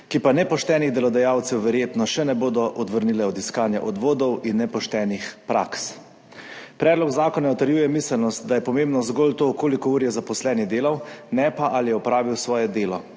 ki pa nepoštenih delodajalcev verjetno še ne bodo odvrnile od iskanja odvodov in nepoštenih praks. Predlog zakona utrjuje miselnost, da je pomembno zgolj to, koliko ur je zaposleni delal, ne pa, ali je opravil svoje delo.